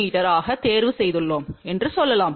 me ஆக தேர்வு செய்துள்ளோம் என்று சொல்லலாம்